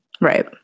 right